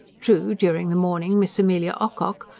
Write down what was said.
true, during the morning miss amelia ocock,